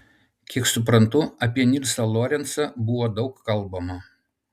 kiek suprantu apie nilsą lorencą buvo daug kalbama